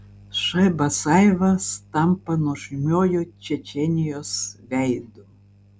š basajevas tampa nuožmiuoju čečėnijos veidu